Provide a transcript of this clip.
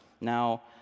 Now